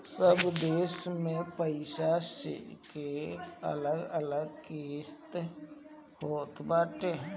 सब देस के पईसा के अलग अलग किमत होत बाटे